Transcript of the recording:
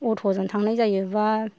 अट'जों थांनाय जायो बा